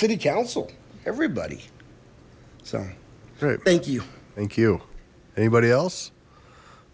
city council everybody sorry thank you thank you anybody else